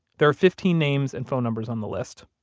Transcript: there are fifteen names and phone numbers on the list.